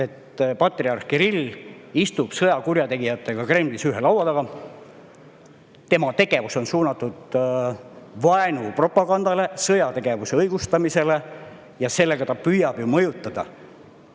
patriarh Kirill istub sõjakurjategijatega Kremlis ühe laua taga, tema tegevus on suunatud vaenupropagandale, sõjategevuse õigustamisele ja sellega ta püüab ju mõjutada